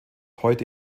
heute